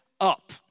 up